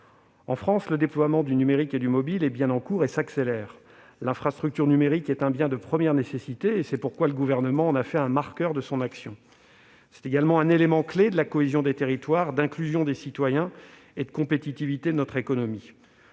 En France, le déploiement du numérique et du mobile est bien en cours et s'accélère. L'infrastructure numérique est un bien de première nécessité. C'est pourquoi le Gouvernement en a fait un marqueur de son action. C'est également un élément clé de la cohésion des territoires, d'inclusion des citoyens et de compétitivité de notre économie.